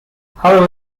however